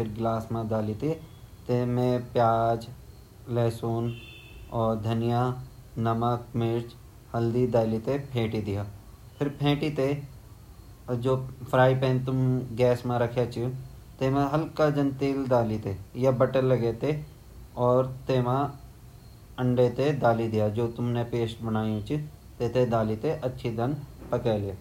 वेते फैटी ते वेमा प्याज टमाटर धनीया काट-कूटी ते अर पैन मा थोड़ा तेल दलिते वेते वेमा डालके फैलेते अर वू आमलेट पक जान, गैस ऑन करीते गैस मा आमलेट पकन।